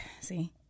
See